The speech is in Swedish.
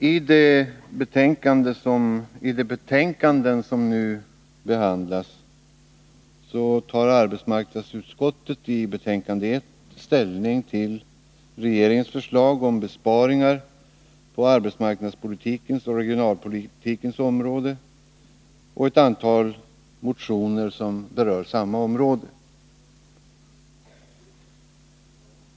Herr talman! Vi behandlar nu flera betänkanden. Arbetsmarknadsutskottet tar i sitt betänkande nr 1 ställning till regeringens förslag om besparingar på arbetsmarknadspolitikens och regionalpolitikens område. Utskottet behandlar även ett antal motioner som gäller samma frågor.